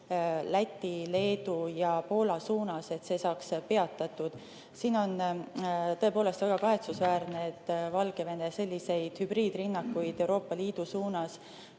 Läti, Leedu ja Poola suunas saaks peatatud. On tõepoolest väga kahetsusväärne, et Valgevene selliseid hübriidrünnakuid Euroopa Liidu suunas,